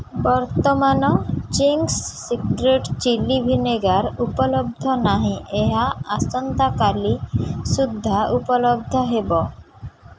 ବର୍ତ୍ତମାନ Ching's secret chilli vinegar ଉପଲବ୍ଧ ନାହିଁ ଏହା ଆସନ୍ତା କାଲି ସୁଦ୍ଧା ଉପଲବ୍ଧ ହେବ